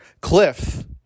Cliff